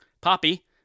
Poppy